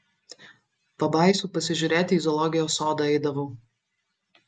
pabaisų pasižiūrėti į zoologijos sodą eidavau